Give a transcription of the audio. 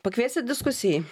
pakviesit diskusijai